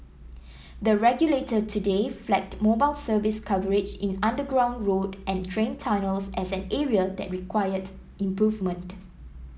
the regulator today flagged mobile service coverage in underground road and train tunnels as an area that required improvement